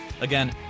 Again